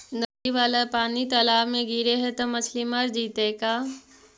नली वाला पानी तालाव मे गिरे है त मछली मर जितै का?